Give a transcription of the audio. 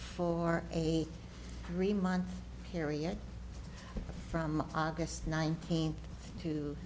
for a three month period from august nineteenth to